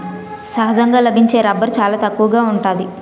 సహజంగా లభించే రబ్బరు చాలా తక్కువగా ఉంటాది